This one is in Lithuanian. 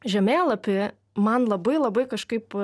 žemėlapį man labai labai kažkaip